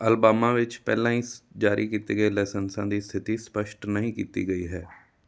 Alabama ਵਿੱਚ ਪਹਿਲਾਂ ਹੀ ਜਾਰੀ ਕੀਤੇ ਗਏ ਲਾਇਸੈਂਸਾਂ ਦੀ ਸਥਿਤੀ ਸਪਸ਼ਟ ਨਹੀਂ ਕੀਤੀ ਗਈ ਹੈ